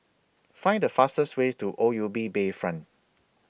Find The fastest Way to O U B Bayfront